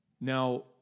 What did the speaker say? Now